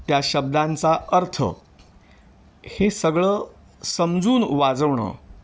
त्या शब्दांचा अर्थ हे सगळं समजून वाजवणं